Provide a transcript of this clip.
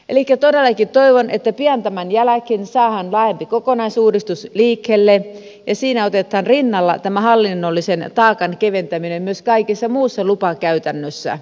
elikkä todellakin toivon että pian tämän jälkeen saadaan laajempi kokonaisuudistus liikkeelle ja siinä otetaan rinnalle tämä hallinnollisen taakan keventäminen myös kaikessa muus sa lupakäytännössä